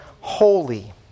holy